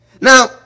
Now